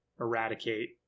eradicate